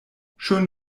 schön